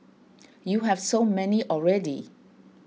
you have so many already